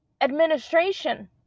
administration